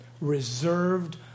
reserved